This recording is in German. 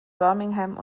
birmingham